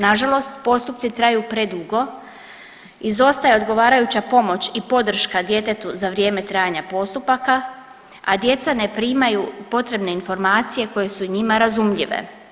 Nažalost postupci traju predugo, izostaje odgovarajuća pomoć i podrška djetetu za vrijeme trajanja postupaka, a djeca ne primaju potrebne informacije koje su njima razumljive.